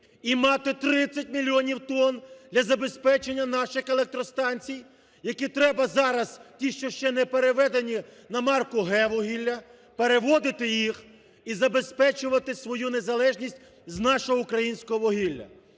і мати 30 мільйонів тонн для забезпечення наших електростанцій, які треба зараз – ті, що ще не переведені на марку "Г" вугілля, - переводити їх і забезпечувати свою незалежність з нашого, українського вугілля.